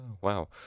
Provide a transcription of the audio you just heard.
Wow